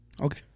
Okay